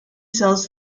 sells